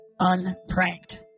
unpranked